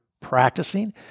practicing